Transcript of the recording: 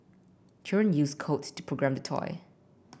children used codes to program the toy